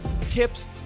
tips